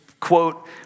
Quote